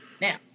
Now